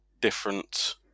different